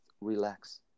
relax